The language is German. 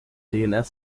dns